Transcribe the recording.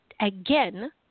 again